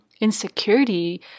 insecurity